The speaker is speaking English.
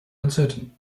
uncertain